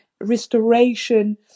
restoration